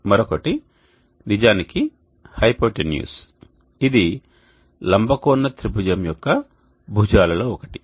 మరొకటి నిజానికి హైపోటెన్యూస్ ఇది లంబకోణ త్రిభుజం యొక్క భుజాలలో ఒకటి